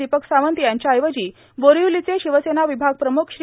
दीपक सावंत यांच्याऐवजी बोरीवलीचे शिवसेना विभागप्रमुख श्री